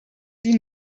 die